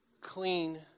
clean